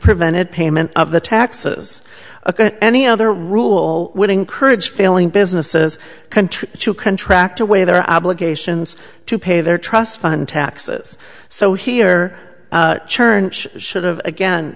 prevented payment of the taxes any other rule would encourage failing businesses continue to contract away their obligations to pay their trust fund taxes so here churn should have again